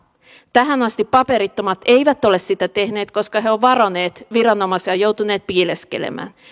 tähän asti paperittomat eivät ole sitä tehneet koska he ovat varoneet viranomaisia ja joutuneet piileskelemään